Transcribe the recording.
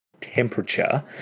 temperature